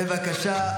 בבקשה.